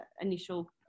initial